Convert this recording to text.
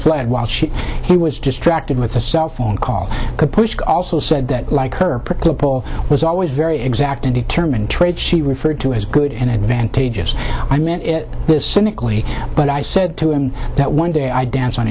fled while she he was distracted with a cell phone call could push also said that her ball was always very exact and determined trait she referred to as good and advantageously i meant it this cynically but i said to him that one day i dance on